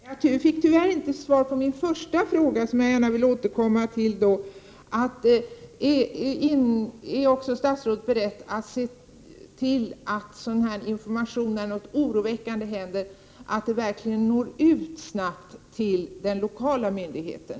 Fru talman! Jag tackar för det svaret. Jag fick tyvärr inte svar på min första fråga, som jag därför gärna vill återkomma till. Är statsrådet beredd att också se till att information när något oroväckande händer verkligen snabbt når ut till den lokala myndigheten?